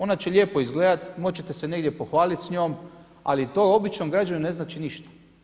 Ona će lijepo izgledati, moći ćete se negdje pohvaliti s njom, ali to običnom građaninu ne znači ništa.